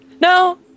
No